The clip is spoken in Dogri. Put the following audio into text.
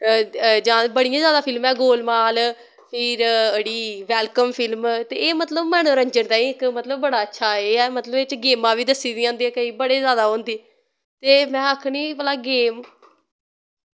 जां ते बड़ियां जैदा फिल्मां ऐ गोल माल फिर एह्ड़ी वैलकम फिल्म ते एह् मतलव मनोरंजन दा इक मतलव बड़ा अच्छा एह् ऐ मतलव एह्दे च गेमां वी दस्सी दियां होंदी केईं बड़े जैदा होंदे ते में आक्खनी भला गेम